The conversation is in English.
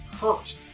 hurt